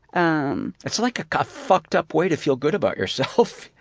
um it's like a fucked up way to feel good about yourself.